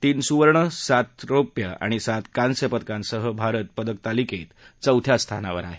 तीन सुवर्ण सात रौप्य आणि सात कांस्य पदकासह भारत पदक तालिकेत चौथ्या स्थानावर आहे